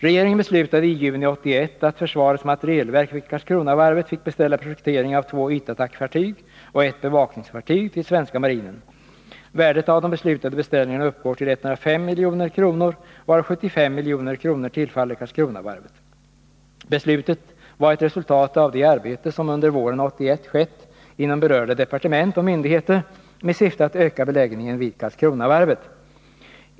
Regeringen beslutade i juni 1981 att försvarets materielverk vid Karlskronavarvet fick beställa projektering av två ytattackfartyg och ett bevakningsfartyg till svenska marinen. Värdet av de beslutade beställningarna uppgår till 105 milj.kr., varav 75 milj.kr. tillfaller Karlskronavarvet. Beslutet var ett resultat av det arbete som under våren 1981 skett inom berörda departement och myndigheter med syfte att öka beläggningen vid Karlskronavarvet.